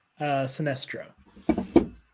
Sinestro